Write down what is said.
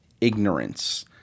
ignorance